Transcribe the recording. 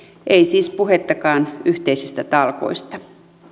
ei siis puhettakaan yhteisistä talkoista